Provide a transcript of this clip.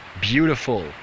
beautiful